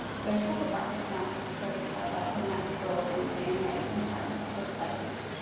so topographic maps both highlight the natural and manmade environments of a place.